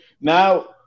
now